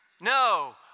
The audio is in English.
no